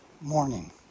morning